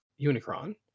Unicron